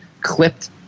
clipped